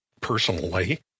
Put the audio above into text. personally